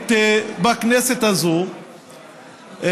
הפוליטית בכנסת הזאת,